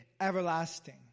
everlasting